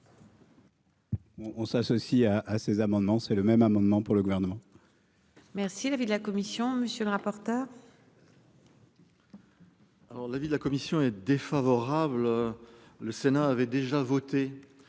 on s'associe à à ces amendements. C'est le même amendement pour le gouvernement. Merci. L'avis de la commission. Monsieur le rapporteur. Alors l'avis de la commission est défavorable. Le Sénat avait déjà voté